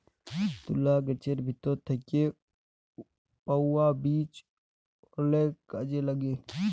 তুলা গাহাচের ভিতর থ্যাইকে পাউয়া বীজ অলেক কাজে ল্যাগে